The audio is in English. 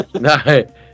No